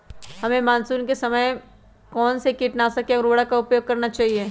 हमें मानसून के समय कौन से किटनाशक या उर्वरक का उपयोग करना चाहिए?